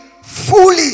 fully